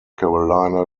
carolina